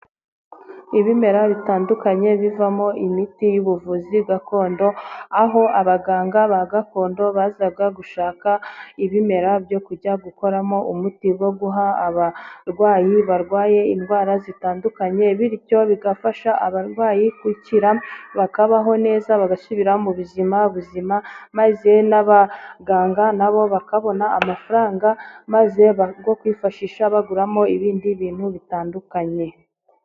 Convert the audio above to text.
Ibimera bitandukanye bivamo imiti y'ubuvuzi gakondo, aho abaganga ba gakondo baza gushaka ibimera byo kujya gukoramo umuti wo guha abarwayi barwaye indwara zitandukanye, bityo bigafasha abarwayi gukira bakabaho neza bagasubira mu buzima buzima maze n'abaganga na bo bakabona amafaranga, maze yo kwifashisha baguramo ibindi bintu bitandukanye.